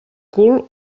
cul